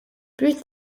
plus